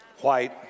white